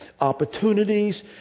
opportunities